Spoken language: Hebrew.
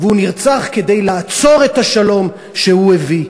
הוא נרצח כדי לעצור את השלום שהוא הביא.